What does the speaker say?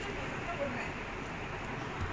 it should not be considered it's not like our